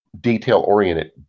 detail-oriented